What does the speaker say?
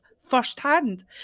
firsthand